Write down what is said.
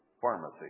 pharmacy